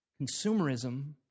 Consumerism